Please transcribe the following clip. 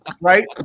Right